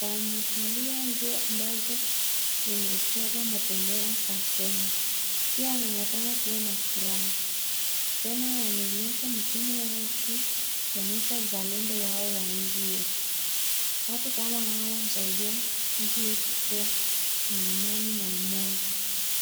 Wamevalia nguo ambazo zimechorwa mabendera za Kenya. Pia, wanaonekana kuwa na furaha. Tena wamenyoosha mikono yao juu, kuonyesha uzalendo wao wa nchi yetu. Watu kama hawa husidia nchi yetu kuwa na amani na umoja.